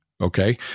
okay